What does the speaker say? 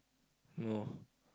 no